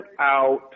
out